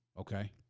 Okay